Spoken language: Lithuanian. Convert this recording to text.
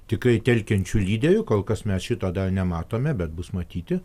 tikrai telkiančiu lyderiu kol kas mes šito dar nematome bet bus matyti